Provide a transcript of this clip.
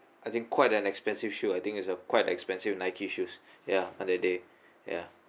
I think quite an expensive shoe I think it's quite expensive nike shoes ya on that day ya